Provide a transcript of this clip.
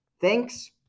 Thanks